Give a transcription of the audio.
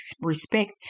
respect